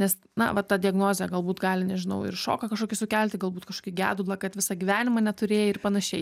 nes na va ta diagnozė galbūt gali nežinau ir šoką kažkokį sukelti galbūt kažkokį gedulą kad visą gyvenimą neturėjai ir panašiai